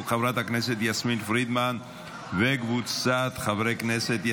של חברת הכנסת יסמין פרידמן וקבוצת חברי הכנסת.